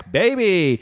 baby